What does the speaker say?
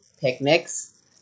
picnics